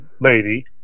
lady